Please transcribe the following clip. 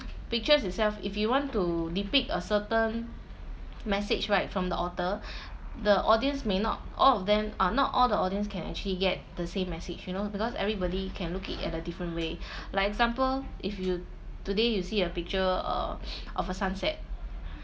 pictures itself if you want to depict a certain message right from the author the audience may not all of them uh not all the audience can actually get the same message you know because everybody can look it at a different way like example if you today you see a picture uh of a sunset